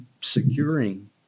securing